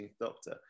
Doctor